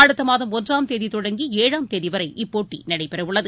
அடுத்தமாதம் ஒன்றாம் தேதிதொடங்கிஏழாம் தேதிவரை இப்போட்டிநடைபெறவுள்ளது